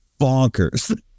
bonkers